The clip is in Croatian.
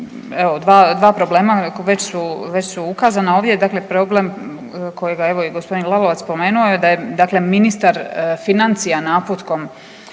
dva problema, već su ukazana ovdje. Dakle, problem kojega evo i gospodin Lalovac spomenuo je da je dakle ministar financija naputkom